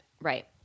Right